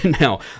now